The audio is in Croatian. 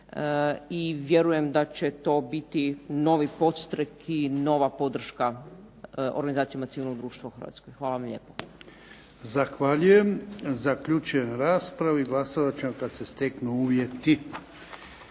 i vjerujem da će to biti novi podstrek i nova podrška organizacijama civilnog društva u Hrvatskoj. Hvala vam lijepo.